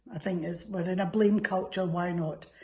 think it's, we're in a blame culture, why not?